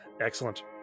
Excellent